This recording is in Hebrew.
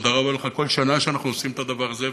תודה רבה לך על כל שנה שאנחנו עושים את הדבר הזה,